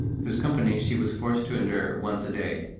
whose company she was forced to endure once a day.